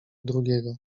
drugiego